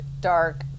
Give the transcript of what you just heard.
dark